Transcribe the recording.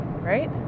Right